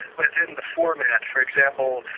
within the format. for example,